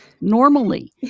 normally